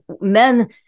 men